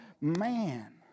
man